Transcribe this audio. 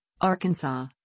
Arkansas